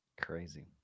crazy